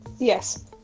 yes